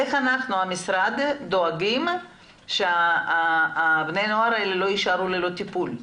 איך המשרד דואג שבני הנוער האלה לא יישארו ללא טיפול.